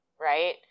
right